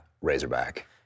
Razorback